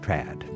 trad